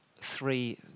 three